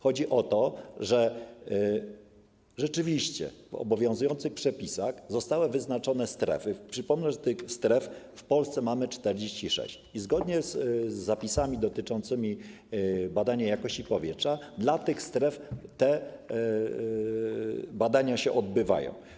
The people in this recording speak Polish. Chodzi o to, że rzeczywiście w obowiązujących przepisach zostały wyznaczone strefy - przypomnę, że tych stref mamy w Polsce 46 - i zgodnie z zapisami dotyczącymi badania jakości powietrza w przypadku tych stref te badania się odbywają.